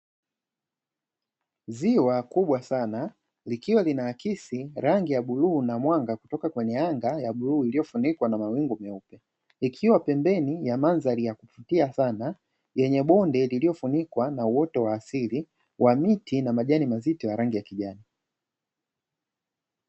Ziwa kubwa sana likiwa linaakisi rangi ya bluu na mwanga kutoka kwenye anga ya bluu iliyofunikwa na mawingu meupe, likiwa pembeni ya mandhari ya kuvutia sana yenye bonde liliofunikwa na uoto wa asili wa miti na majani mazito ya rangi ya kijani.